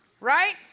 Right